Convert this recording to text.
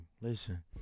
listen